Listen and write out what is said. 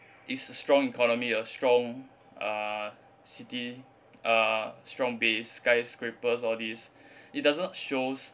is a strong economy a strong uh city uh strong base skyscrapers all this it doesn't shows